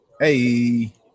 Hey